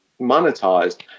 monetized